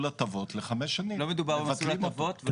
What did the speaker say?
לא מדובר במסלול הטבות.